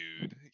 dude